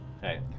Hey